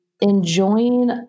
enjoying